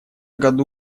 году